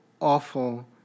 awful